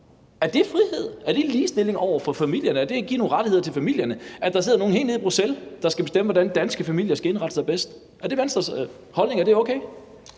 Er det frihed? Er det ligestilling for familierne? Er det at give nogle rettigheder til familierne, at der sidder nogle helt nede i Bruxelles, der skal bestemme, hvordan danske familier indretter sig bedst? Er det Venstres holdning, at det er okay?